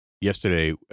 yesterday